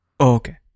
Okay